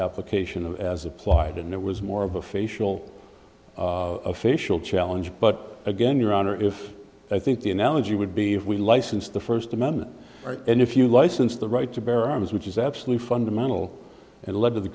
application of as applied and it was more of a facial facial challenge but again your honor if i think the analogy would be if we license the first amendment right and if you license the right to bear arms which is absolutely fundamental and